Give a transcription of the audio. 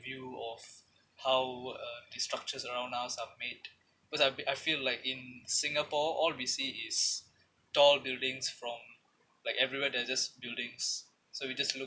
view of how were uh the structures around us are made because I've been I feel like in singapore all we see is tall buildings from like everywhere there's just buildings so you just look